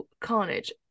carnage